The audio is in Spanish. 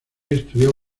estudió